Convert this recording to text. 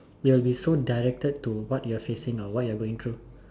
will be so directed to what you are facing or what you are going through